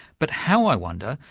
but how, i wonder,